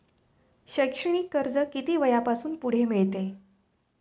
शैक्षणिक कर्ज किती वयापासून पुढे मिळते?